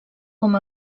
com